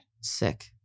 Sick